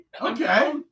Okay